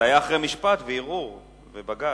זה היה אחרי משפט וערעור, ובג"ץ.